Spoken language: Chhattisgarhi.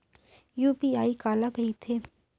यू.पी.आई काला कहिथे?